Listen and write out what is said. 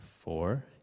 four